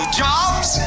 jobs